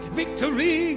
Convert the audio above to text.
victory